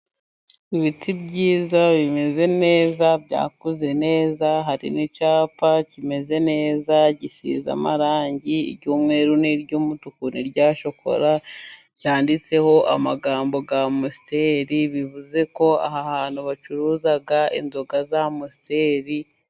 Ibiti byiza bimeze neza byakuze neza, hari n'icyapa kimeze neza gisiza amarangi iry'umweru n'iry'umutuku n'irya shokora, cyanditseho amagambo y'amusteri bivuze ko aha hantu hacuruza inzoga za amusteri.